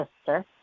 sister